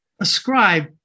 ascribe